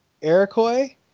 Iroquois